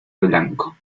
blanco